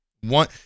One